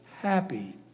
happy